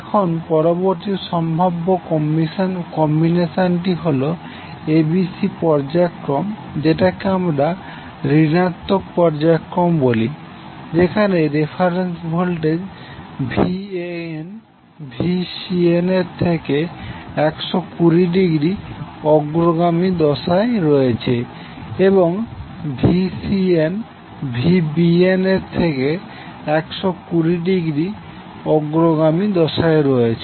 এখন পরবর্তী সম্ভাব্য কম্বিনেশনটি হল acbপর্যায়ক্রম যেটাকে আমরা ঋনাত্মক পর্যায়ক্রম বলি যেখানে রেফারেন্স ভোল্টেজ Van Vcnএর থেকে 120 ডিগ্রী অগ্রগামী দশায় রয়েছে এবং Vcn Vbn এর থেকে 120 ডিগ্রী অগ্রগামী দশায় রয়েছে